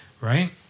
right